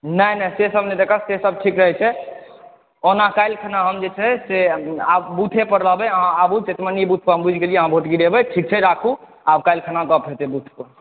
नहि नहि से सभ नहि दिक़्क़त से सभ ठीक रहै छै ओना काल्हि खना हम जे छै से आब बूथे पर रहबै अहाँ आबू शेषमनी बूथ पर हम बूझि गेलिय अहाँ वोट गिरेबै ठीक छै राखूँ आब काल्हि खना गप हेतै बूथ पर